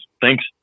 Thanks